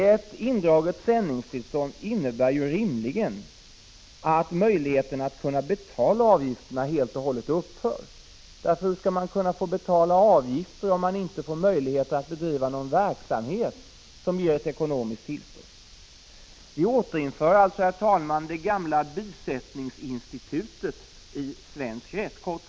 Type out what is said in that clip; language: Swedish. En indragning av sändningstillståndet innebär rimligen att möjligheterna att betala avgifterna helt och hållet upphör. Varför skall man betala någon avgift, då det inte finns möjlighet att bedriva en verksamhet som ger ett ekonomiskt tillskott? Vi återinför alltså det gamla bysättningsinstitutet i svensk rätt.